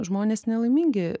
žmonės nelaimingi